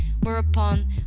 whereupon